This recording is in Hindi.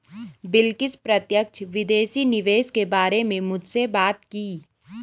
बिलकिश प्रत्यक्ष विदेशी निवेश के बारे में मुझसे बात की